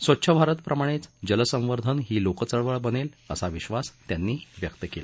स्वच्छ भारत प्रमाणे जल संवर्धन ही लोकचळवळ बनेल असा विश्वास त्यांनी व्यक्त केला